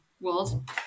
world